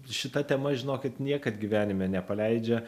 šita tema žinokit niekad gyvenime nepaleidžia